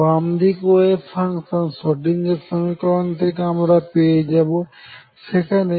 বামদিকে wave function Schrodinger সমীকরণ থেকে আমরা পেয়ে যাব যেখানে E0